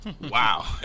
Wow